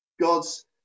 God's